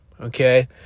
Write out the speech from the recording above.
Okay